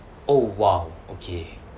oh !wow! okay